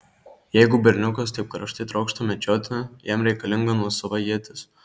jeigu berniukas taip karštai trokšta medžioti jam reikalinga nuosava ietis